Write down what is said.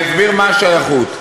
אני אסביר מה השייכות.